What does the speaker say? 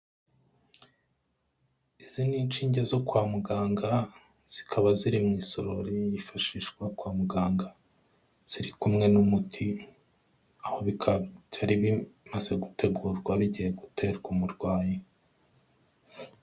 Izi ni inshinge zo kwa muganga, zikaba ziri mu isorori yifashashwa kwa muganga ziri kumwe n'umuti, aho bikaba byari bimaze gutegurwa bigiye guterwa umurwayi.